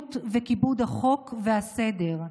משילות וכיבוד החוק והסדר.